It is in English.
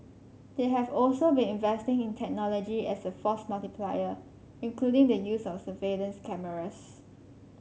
they have also been investing in technology as a force multiplier including the use of surveillance cameras